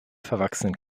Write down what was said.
verwachsenen